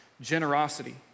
generosity